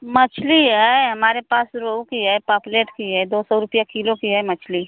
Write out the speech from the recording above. मछली है हमारे पास रोहू की है पापलेट की है दो सौ रुपिया किलो की है मछली